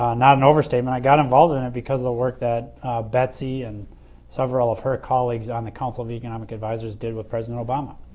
not an overstatement. i got involved and and because of the work that betsy and several of her colleagues on the council of economic advisors did with president obama.